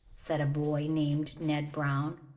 said a boy named ned brown.